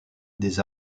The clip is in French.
des